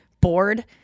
bored